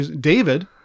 David